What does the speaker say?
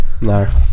no